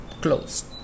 closed